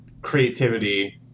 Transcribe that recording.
creativity